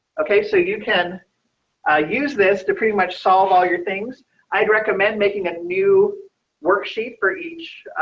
okay, so you can ah use this to pretty much solve all your things i'd recommend making a new worksheet for each